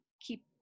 keep